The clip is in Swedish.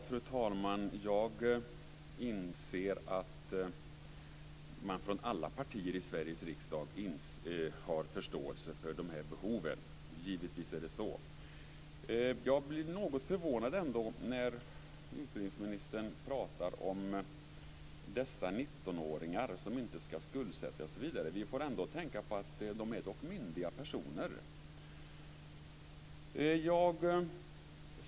Fru talman! Jag inser att alla partier i Sveriges riksdag har förståelse för de här behoven. Givetvis är det så. Jag blir något förvånad när utbildningsministern talar om dessa 19-åringar som inte ska skuldsätta sig osv. Vi får ändå tänka på att de dock är myndiga personer.